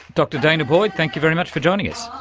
dr danah boyd, thank you very much to joining us.